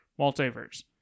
multiverse